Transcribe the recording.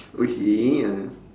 okay uh